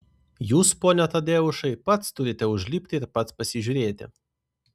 jūs pone tadeušai pats turite užlipti ir pats pasižiūrėti